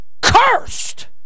Cursed